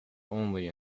only